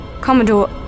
Commodore